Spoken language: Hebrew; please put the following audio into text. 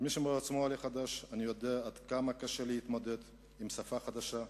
כמי שבעצמו עולה חדש אני יודע עד כמה קשה ההתמודדות עם שפה חדשה,